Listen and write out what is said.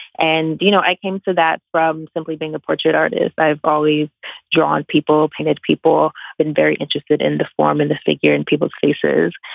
and, you know, i came for that from simply being a portrait artist. i've always drawn people, painters, people been very interested in the form and the figure in people's faces.